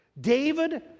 David